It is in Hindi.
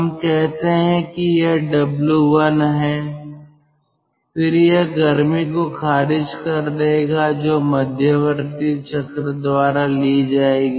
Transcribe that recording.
हम कहते हैं कि यह W1 है फिर यह गर्मी को खारिज कर देगा जो मध्यवर्ती चक्र द्वारा ली जाएगी